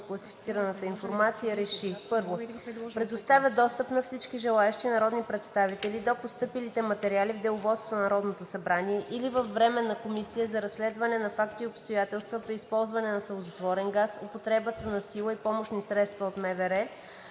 класифицираната информация РЕШИ: 1. Предоставя достъп на всички желаещи народни представители до постъпилите материали в деловодството на Народното събрание или във Временна комисия за разследване на факти и обстоятелства при използване на сълзотворен газ, употребата на сила и помощни средства от МВР,